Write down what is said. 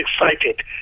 excited